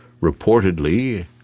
reportedly